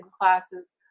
classes